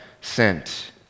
sent